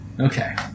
Okay